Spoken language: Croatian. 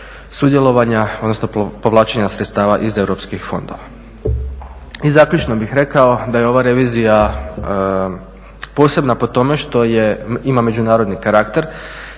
sudjelovanja, odnosno povlačenja sredstava iz europskih fondova. I zaključno bih rekao da je ova revizija posebna po tome što je, ima međunarodni karakter